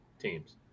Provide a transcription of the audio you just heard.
teams